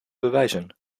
bewijzen